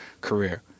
career